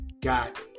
got